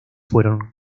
fueron